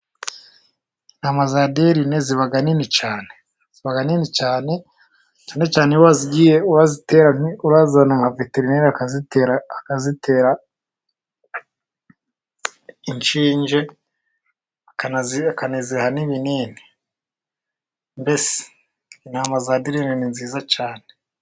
Intama za derine ziba nini cyane iyo wagiye urazana nka veterineri akazitera inshinge akanaziha ni ibinini mbese intama za derine ni nziza cyane.